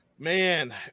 Man